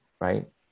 right